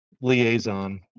liaison